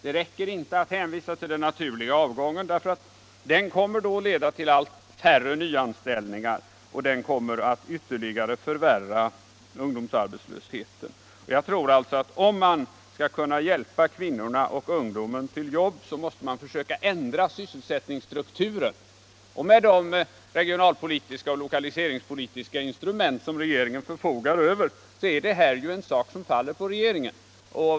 Det räcker inte att hänvisa till den naturliga avgången. Den kommer att leda till allt färre nyanställningar, och därigenom förvärras ungdomsarbetslösheten ytterligare. Jag tror alltså, att om man skall kunna hjälpa kvinnorna och ungdomen till jobb, då måste man försöka förändra sysselsättningsstrukturen. Och på grund av de regionalpolitiska och lokaliseringspolitiska instrument som regeringen förfogar över är detta något som faller på regeringen.